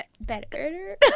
better